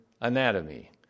anatomy